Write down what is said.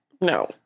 No